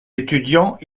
étudiants